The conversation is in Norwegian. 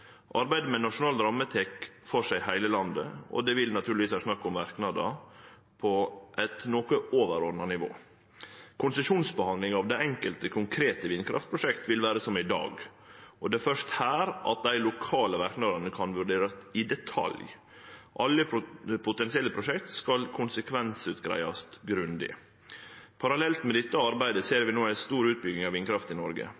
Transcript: Arbeidet med nasjonal ramme tek for seg heile landet, og det vil naturlegvis vere snakk om verknader på eit noko overordna nivå. Konsesjonsbehandling av det enkelte konkrete vindkraftprosjektet vil vere som i dag. Det er først her at dei lokale verknadene kan vurderast i detalj. Alle potensielle prosjekt skal greiast grundig ut om konsekvensane. Parallelt med dette arbeidet ser vi no ei stor utbygging av vindkraft i Noreg.